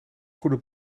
goede